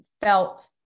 felt